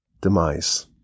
demise